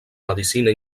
medicina